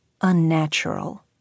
unnatural